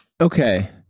Okay